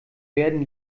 werden